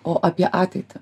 o apie ateitį